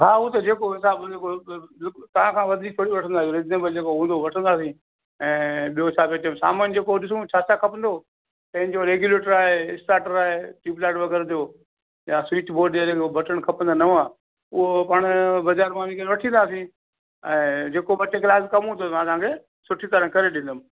हा उहो त जेको हिसाबु हूंदो जेको बिल्कुलु बिल्कुलु तव्हां खां वधीक थोरी वठंदासीं रीज़िनेबल जेको हूंदो वठंदासीं ऐं ॿियो छा पिए चयो सामान जेको ॾिसूं छा छा खपंदो पंहिंजो रेग्यूलेटर आहे स्टार्टर आहे ट्यूबलाईट वग़ैरह जो ॿिया स्विच बोर्ड जा जेके हू बटण खपंदा नवां उहो पाण बाज़ारि मां वञी करे वठी ईंदासीं ऐं जेको ॿ टे कलाक कमु हूंदो मां तव्हां खे सुठी तरहि करे ॾींदुमि